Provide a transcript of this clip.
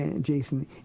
Jason